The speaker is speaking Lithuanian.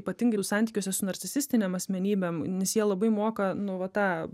ypatingai jų santykiuose su narcisistinėm asmenybėm nes jie labai moka nu va tą